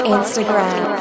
Instagram